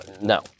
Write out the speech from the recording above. no